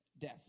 death